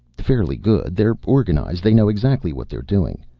fairly good. they're organized. they know exactly what they're doing.